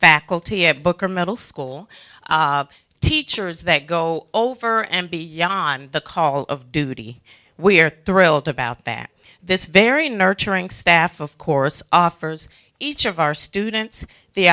faculty at booker middle school teachers that go over and beyond the call of duty we are thrilled about that this very nurturing staff of course offers each of our students the